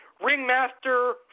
Ringmaster